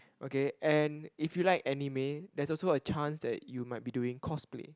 okay and if you like anime there is also a chance that you might be doing cosplay